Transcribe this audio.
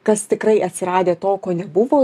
kas tikrai atsiradę to ko nebuvo